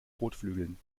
kotflügeln